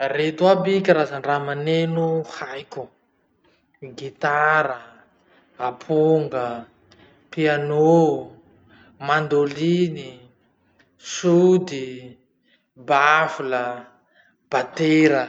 Reto aby karazan-draha maneno haiko: gitara, aponga, piano, mandoliny, sody, bafla, batera.